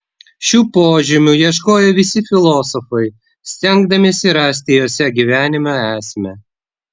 šių požymių ieškojo visi filosofai stengdamiesi rasti juose gyvenimo esmę